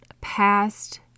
past